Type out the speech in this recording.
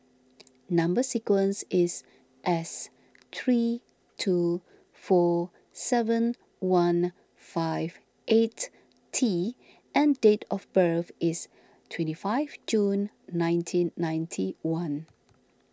Number Sequence is S three two four seven one five eight T and date of birth is twenty five June nineteen ninety one